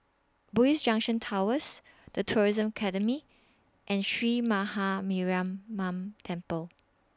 Bugis Junction Towers The Tourism Academy and Sree Maha Mariamman Temple